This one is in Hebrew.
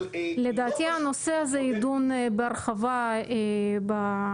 אבל --- לדעתי הנושא הזה יידון בהרחבה בהקדם,